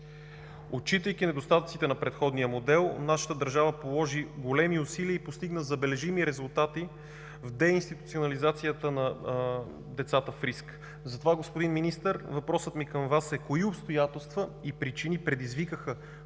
Отчитайки недостатъците на предходния модел нашата държава положи големи усилия и постигна забележими резултати в деинституционализацията на децата в риск. Затова, господин Министър, въпросът ми към Вас е: кои обстоятелства и причини предизвикаха